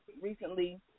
recently